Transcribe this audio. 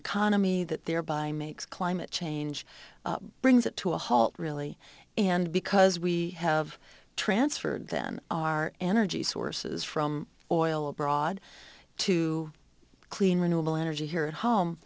economy that thereby makes climate change brings that to a halt really and because we have transferred them our energy sources from oil abroad to clean renewable energy here at home